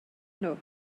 nhw